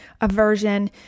aversion